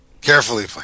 Carefully